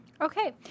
Okay